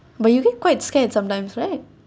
but you get quite scared sometimes right